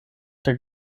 der